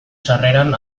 sarreran